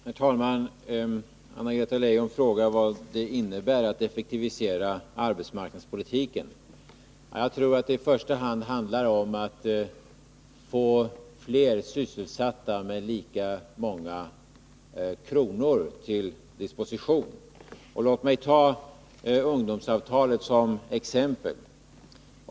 Herr talman! Anna-Greta Leijon frågar vad det innebär att effektivisera arbetsmarknadspolitiken. Jag tror att det i första hand handlar om att få fler sysselsatta med lika många kronor till disposition. Låt mig ta ungdomsavtalet som exempel.